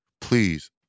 please